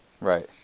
Right